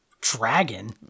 dragon